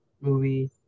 Movie